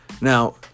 Now